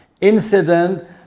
incident